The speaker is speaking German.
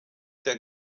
der